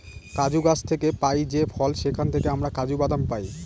কাজু গাছ থেকে পাই যে ফল সেখান থেকে আমরা কাজু বাদাম পাই